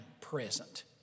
present